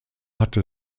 hatte